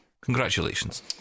Congratulations